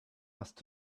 must